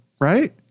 right